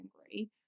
angry